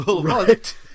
right